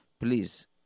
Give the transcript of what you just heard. please